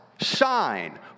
shine